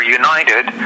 united